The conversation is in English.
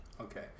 Okay